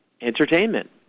entertainment